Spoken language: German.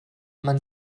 man